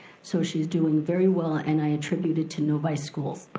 so she's doing very well and i attribute it to novi schools.